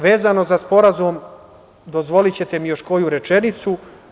Vezano za Sporazum, dozvolićete mi još koju rečenicu.